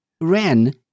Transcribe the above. Ren